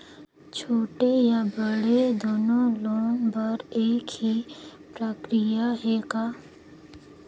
छोटे या बड़े दुनो लोन बर एक ही प्रक्रिया है का?